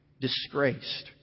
disgraced